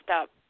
up